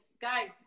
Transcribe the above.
guys